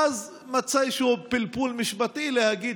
ואז הוא מצא איזשהו פלפול משפטי להגיד: